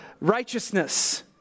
righteousness